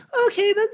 okay